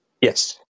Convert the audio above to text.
Yes